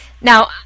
now